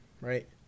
right